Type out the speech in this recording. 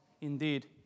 indeed